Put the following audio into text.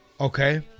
okay